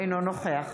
אינו נוכח